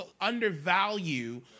undervalue